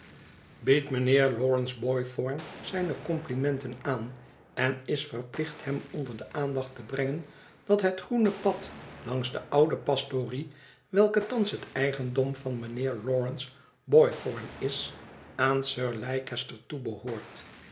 biedt mijnheer lawrence boythorn zijne complimenten aan en is verplicht hem onder de aandacht te brengen dat het groene pad langs de oude pastorie welke thans het eigendom van mijnheer lawrence boythorn is aan sir leicester